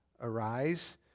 arise